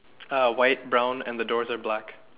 uh white brown and the doors are black